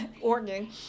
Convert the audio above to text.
organ